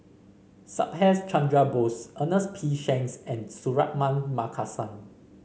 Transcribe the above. Subhas Chandra Bose Ernest P Shanks and Suratman Markasan